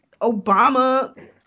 Obama